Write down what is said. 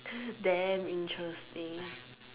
damn interesting